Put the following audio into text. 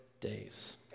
days